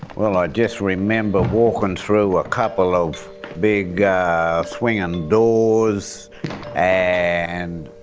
well, i just remember walking through a couple of big ah swinging and doors and,